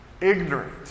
ignorant